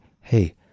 hey